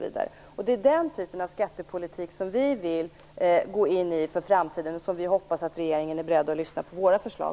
Det är den typen av skattepolitik som vi vill gå in i för framtiden, och vi hoppas att regeringen är beredd är lyssna på våra förslag.